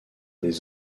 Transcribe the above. des